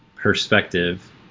Perspective